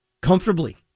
comfortably